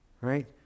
Right